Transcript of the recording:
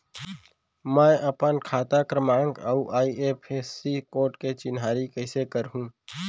मैं अपन खाता क्रमाँक अऊ आई.एफ.एस.सी कोड के चिन्हारी कइसे करहूँ?